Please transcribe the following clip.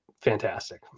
fantastic